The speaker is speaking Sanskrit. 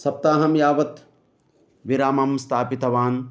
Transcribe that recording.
सप्ताहं यावत् विरामं स्थापितवान्